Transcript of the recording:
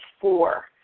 four